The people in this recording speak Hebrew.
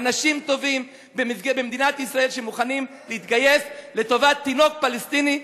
אנשים טובים במדינת ישראל שמוכנים להתגייס לטובת תינוק פלסטיני.